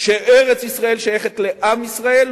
שארץ-ישראל שייכת לעם ישראל,